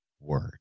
word